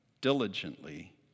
diligently